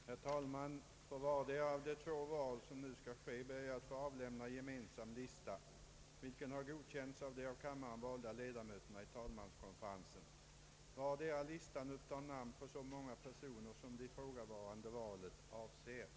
Herr talman! För vartdera av de två val som nu skall ske ber jag att få avlämna en gemensam lista, vilken har godkänts av de av kammaren valda ledamöterna i talmanskonferensen. Vardera listan upptar namn på så många personer som det ifrågavarande valet avser.